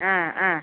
ആ ആ